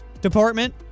department